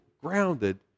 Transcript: grounded